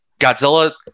godzilla